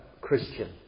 Christian